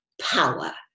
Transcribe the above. power